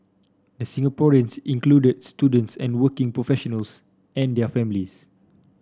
the Singaporeans included students and working professionals and their families